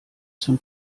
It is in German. zum